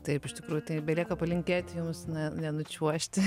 taip iš tikrųjų tai belieka palinkėti jums ne nenučiuožti